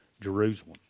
Jerusalem